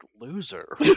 loser